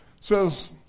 says